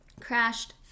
crashed